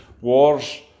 wars